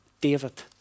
David